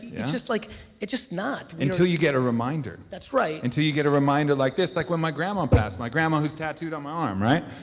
it's just like it's just not. until you get a reminder. that's right. until you get a reminder like this. like when my grandma passed, my grandma who's tattooed on my arm, right?